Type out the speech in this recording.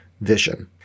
vision